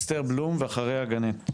אסתר בלום, ואחריה גנט.